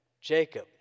Jacob